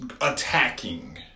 Attacking